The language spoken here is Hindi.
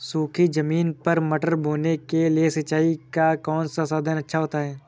सूखी ज़मीन पर मटर बोने के लिए सिंचाई का कौन सा साधन अच्छा होता है?